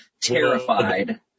terrified